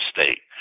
State